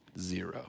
Zero